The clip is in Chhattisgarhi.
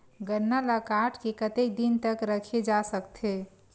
गन्ना ल काट के कतेक दिन तक रखे जा सकथे?